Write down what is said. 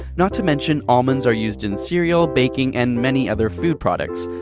not to mention almonds are used in cereal, baking and many other food products.